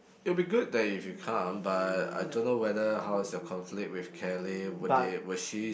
it'll be good that if you could come but I don't know whether how is your conflict with Kelly will they will she